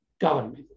government